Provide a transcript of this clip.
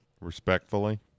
Respectfully